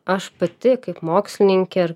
aš pati kaip mokslininkė ir